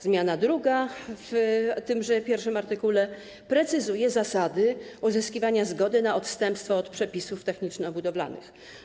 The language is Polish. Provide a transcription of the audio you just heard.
Zmiana druga w tymże art. 1 precyzuje zasady uzyskiwania zgody na odstępstwo od przepisów techniczno-budowlanych.